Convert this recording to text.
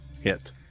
Hit